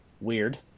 weird